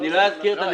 לא אאפשר.